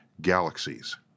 galaxies